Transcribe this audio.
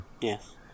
Yes